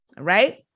right